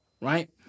right